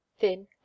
thin